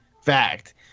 fact